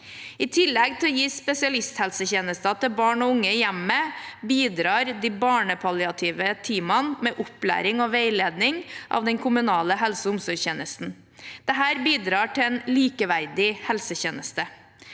I tillegg til å gi spesialisthelsetjenester til barn og unge i hjemmet, bidrar de barnepalliative teamene med opplæring og veiledning av den kommunale helse- og omsorgstjenesten. Dette bidrar til en likeverdig helsetjeneste.